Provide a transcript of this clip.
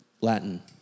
Latin